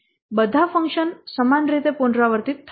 તેથી બધા ફંક્શન સમાન રીતે પુનરાવર્તિત થાય છે